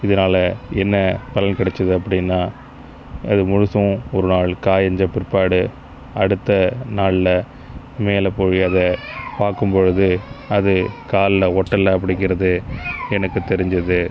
இதனால் என்ன பலன் கெடைச்சிது அப்படின்னா அது முழுதும் ஒரு நாள் காய்ஞ்ச பிற்பாடு அடுத்த நாளில் மேலே போய் அதை பார்க்கும்பொழுது அது காலில் ஒட்டலை அப்படிங்றது எனக்கு தெரிஞ்சுது